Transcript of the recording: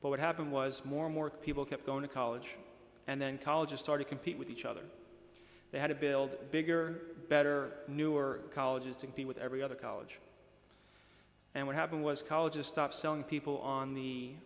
but what happened was more and more people kept going to college and then colleges started compete with each other they had to build bigger better newer colleges to compete with every other college and what happened was colleges stopped selling people on the